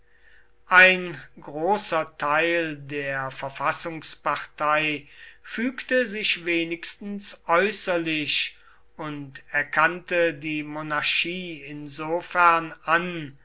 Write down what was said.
ein großer teil der verfassungspartei fügte sich wenigstens äußerlich und erkannte die monarchie insofern an